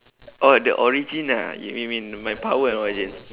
oh the origin ah you you mean my power and origin